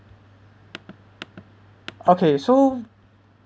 okay so